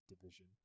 division